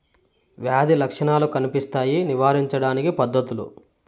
వ్యాధి లక్షణాలు కనిపిస్తాయి నివారించడానికి పద్ధతులు?